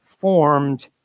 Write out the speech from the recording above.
formed